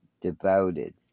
devoted